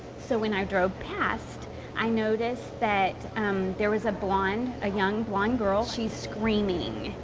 so when i drove past i noticed that um there was a blonde, a young blonde girl. she's screaming,